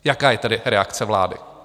Jaká je tedy reakce vlády?